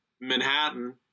Manhattan